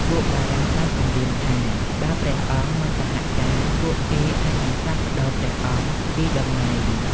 ពួកបារាំងបានគំរាមថា បើព្រះអង្គមិនសហការ ពួកគេអាចនឹងផ្លាស់ប្ដូរព្រះអង្គពីតំណែង។